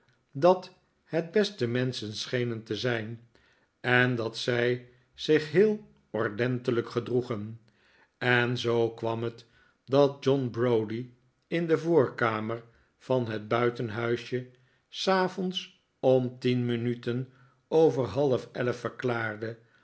dat het beste menschen schenen te zijn en dat zij zich heel ordentelijk gedroegen en zoo kwam het dat john browdie in de voorkamer van het buitenhuisje s avonds om tien minuten over half elf verklaarde